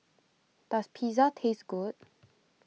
does Pizza taste good